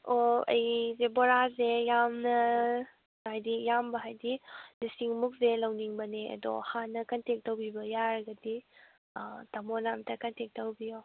ꯑꯣ ꯑꯩꯁꯦ ꯕꯣꯔꯥꯁꯦ ꯌꯥꯝꯅ ꯍꯥꯏꯗꯤ ꯌꯥꯝꯕ ꯍꯥꯏꯗꯤ ꯂꯤꯁꯤꯡꯃꯨꯛꯁꯦ ꯂꯧꯅꯤꯡꯕꯅꯦ ꯑꯗꯣ ꯍꯥꯟꯅ ꯀꯟꯇꯦꯛ ꯇꯧꯕꯤꯕ ꯌꯥꯔꯒꯗꯤ ꯇꯃꯣꯅ ꯑꯃꯇꯥ ꯀꯟꯇꯦꯛ ꯇꯧꯕꯤꯌꯣ